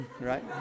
right